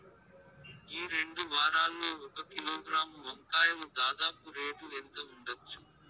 ఈ రెండు వారాల్లో ఒక కిలోగ్రాము వంకాయలు దాదాపు రేటు ఎంత ఉండచ్చు?